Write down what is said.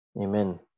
Amen